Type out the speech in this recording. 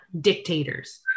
dictators